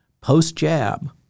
post-jab